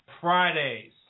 Fridays